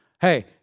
Hey